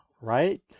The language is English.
right